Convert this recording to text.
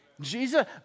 Jesus